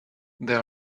there